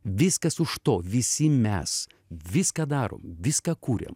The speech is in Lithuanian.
viskas už to visi mes viską darom viską kuriam